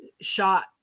shot